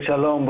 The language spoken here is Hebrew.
שלום.